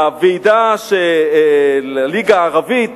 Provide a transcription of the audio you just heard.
בוועידה של הליגה הערבית,